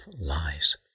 lies